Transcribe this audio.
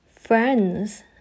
friends